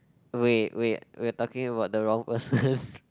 wait wait we are talking about the wrong person